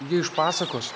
ji iš pasakos